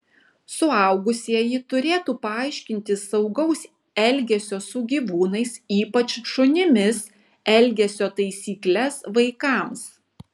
suaugusieji turėtų paaiškinti saugaus elgesio su gyvūnais ypač šunimis elgesio taisykles vaikams